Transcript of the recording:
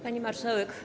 Pani Marszałek!